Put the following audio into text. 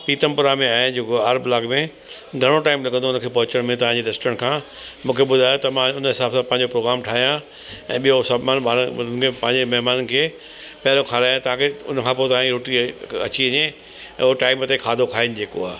पीतमपुरा में ऐं जेको आहे आर ब्लॉक में घणो टाइम लॻंदो उनखे पहुचण में तव्हांजे रेस्टोंट खां मूंखे ॿुधायो त मां उन हिसाब सां पंहिंजा प्रोग्राम ठाहियां ऐं ॿियों सभु मुंहिंजे ॿारनि पंहिंजे महिमाननि खे पहिरियों खाराया ताक़ी उनखां पोइ तांजी रोटी अची वञे ऐं हो टाइम ते खाधो खाइन जेको आहे